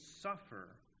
suffer